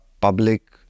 public